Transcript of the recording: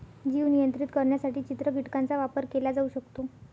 जीव नियंत्रित करण्यासाठी चित्र कीटकांचा वापर केला जाऊ शकतो